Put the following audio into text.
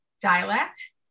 dialect